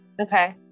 Okay